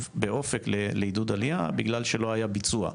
ב'אופק' לעידוד עלייה בגלל שלא היה ביצוע.